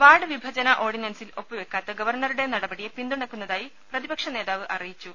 ward വിഭജന ഓർഡിനൻസിൽ ഒപ്പുവയ്ക്കാത്ത ഗവർണറുടെ നടപടിയെ പിന്തുണയ്ക്കുന്നതായി പ്രതിപക്ഷനേതാവ് അറിയിച്ചു